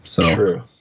True